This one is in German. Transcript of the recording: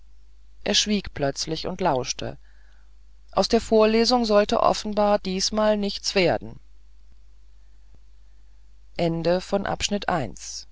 er schwieg plötzlich und lauschte aus der vorlesung sollte offenbar diesmal nichts werden